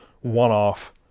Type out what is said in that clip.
one-off